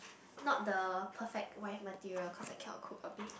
not the perfect wife material cause I cannot cook or bake